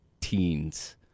teens